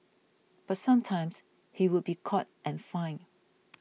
but sometimes he would be caught and fined